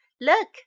Look